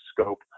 scope